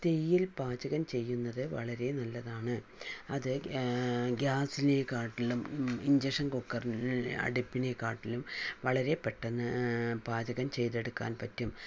തീയിൽ പാചകം ചെയ്യുന്നത് വളരെ നല്ലതാണ് അത് ഗ്യാസിനെക്കാട്ടിലും ഇൻഡക്ഷൻ കുക്കർ അടുപ്പിനേക്കാട്ടിലും വളരെ പെട്ടെന്ന് പാചകം ചെയ്തെടുക്കാൻ പറ്റും